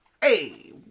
Hey